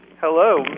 Hello